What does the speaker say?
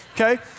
Okay